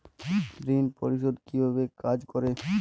ঋণ পরিশোধ কিভাবে কাজ করে?